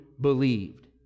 believed